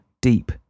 deep